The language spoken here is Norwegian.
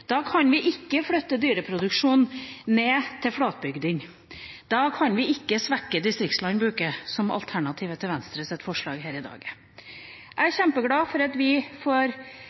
Da kan vi ikke flytte dyreproduksjonen ned til flatbygdene. Da kan vi ikke svekke distriktslandbruket, som er alternativet til Venstres forslag her i dag. Jeg er kjempeglad for at vi får